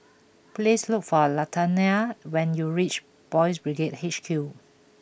please look for Latanya when you reach Boys' Brigade H Q